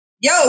yo